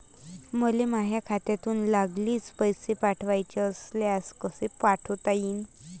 मले माह्या खात्यातून लागलीच पैसे पाठवाचे असल्यास कसे पाठोता यीन?